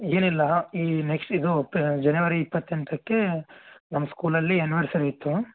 ಏನಿಲ್ಲ ಈ ನೆಕ್ಸ್ಟ್ ಇದು ಪ ಜನವರಿ ಇಪ್ಪತ್ತೆಂಟಕ್ಕೆ ನಮ್ಮ ಸ್ಕೂಲಲ್ಲಿ ಎನಿವರ್ಸರಿ ಇತ್ತು